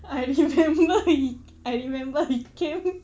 I remember he I remember he came